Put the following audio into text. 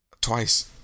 Twice